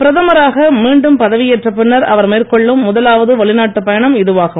பிரதமராக மீண்டும் பதவியேற்ற பின்னர் அவர் மேற்கொள்ளும் முதலாவது வெளிநாட்டுப் பயணம் இதுவாகும்